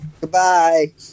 Goodbye